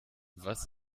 was